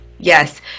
Yes